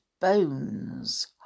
bones